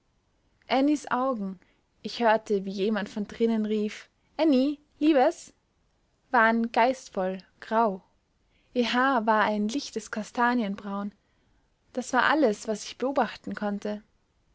augen ich hörte wie jemand von drinnen rief annie liebes waren geistvoll grau ihr haar war ein lichtes kastanienbraun das war alles was ich beobachten konnte